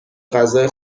غذای